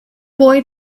boy